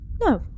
No